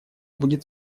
будет